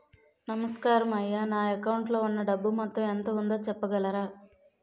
నమస్కారం అయ్యా నా అకౌంట్ లో ఉన్నా డబ్బు మొత్తం ఎంత ఉందో చెప్పగలరా?